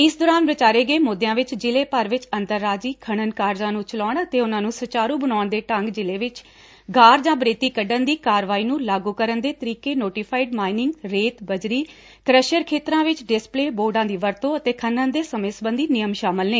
ਇਸ ਦੌਰਾਨ ਵਿਚਾਰੇ ਗਏ ਮੁੱਦਿਆਂ ਵਿਚ ਜ਼ਿਲੇ ਭਰ ਵਿਚ ਅੰਤਰ ਰਾਜੀ ਖਣਨ ਕਾਰਜਾਂ ਨੂੰ ਚਲਾਉਣ ਅਤੇ ਉਨਾਂ ਨੂੰ ਸੁਚਾਰ ਬਣਾਉਣ ਦੇ ਢੰਗ ਜ਼ਿਲੇ ਵਿਚ ਗਾਰ ਜਾਂ ਬਰੇਤੀ ਕੱਢਣ ਦੀ ਕਾਰਵਾਈ ਨੂੰ ਲਾਗੁ ਕਰਨ ਦੇ ਤਰੀਕੇ ਨੋਟੀਫਾਈਡ ਮਾਈਨੂੰਗ ਰੇਤ ਬੱਜਰੀ ਕਰੱਸ਼ਰ ਖੇਤਰਾਂ ਵਿਚ ਡਿਸਪਲੇਅ ਬੋਰਡਾਂ ਦੀ ਵਰਤੋਂ ਅਤੇ ਖਨਣ ਦੇ ਸਮੇਂ ਸਬੰਧੀ ਨਿਯਮ ਸ਼ਾਮਲ ਨੇ